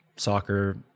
soccer